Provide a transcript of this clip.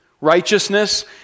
Righteousness